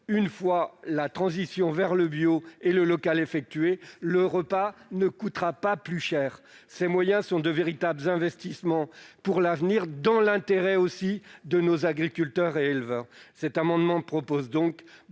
Une fois la transition vers le bio et le local réalisée, le repas ne coûtera pas plus cher. Ces moyens sont de véritables investissements pour l'avenir, dans l'intérêt de nos agriculteurs et éleveurs.